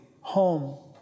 home